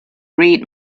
read